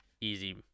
easy